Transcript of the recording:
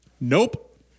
Nope